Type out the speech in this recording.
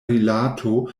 rilato